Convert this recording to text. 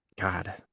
God